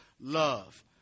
love